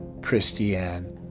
Christiane